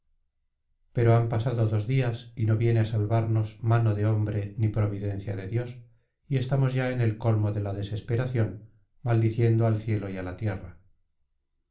pero han pasado dos días y no viene a salvarnos mano de hombre ni providencia de dios y estamos ya en el colmo de la desesperación maldiciendo al cielo y a la tierra